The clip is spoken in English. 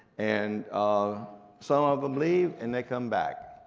and um some of em leave and they come back.